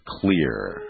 clear